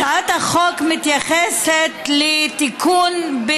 הצעת החוק מתייחסת לתיקון,